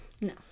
No